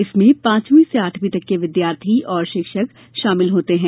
इसमें पांचवी से आठवीं तक के विद्यार्थी और शिक्षक शामिल होते हैं